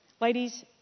Ladies